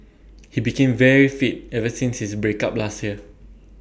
he became very fit ever since his break up last year